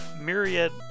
myriad